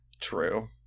true